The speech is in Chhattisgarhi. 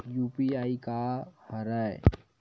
यू.पी.आई का हरय?